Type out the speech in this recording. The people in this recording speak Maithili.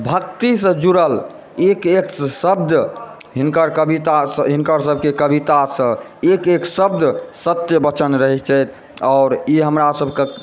भक्तिसँ जुड़ल एक एक शब्द हिनकर कवितासँ हिनकरसभके कवितासँ एक एक शब्द सत्य वचन रहैत छथि आओर ई हमरासभके